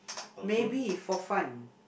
maybe for fun